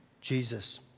Jesus